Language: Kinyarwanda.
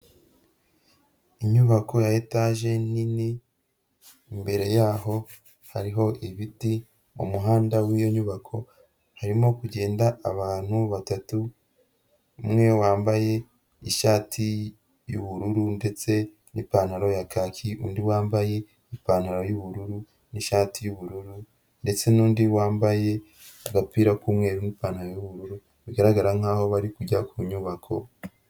Inyubako ya etaje nini, imbere y'aho hariho ibiti, mu muhanda w'iyo nyubako harimo kugenda abantu batatu, umwe wambaye ishati y'ubururu ndetse n'ipantaro ya kaki, undi wambaye ipantaro y'ubururu n'ishati y'ubururu ndetse n'undi wambaye agapira k'umweru n'ipantaro y'ubururu, bigaragara nk'aho bari kujya ku nyubako.